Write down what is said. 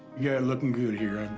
yeah looking good here,